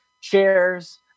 chairs